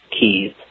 keys